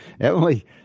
Emily